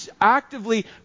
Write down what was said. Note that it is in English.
actively